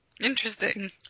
Interesting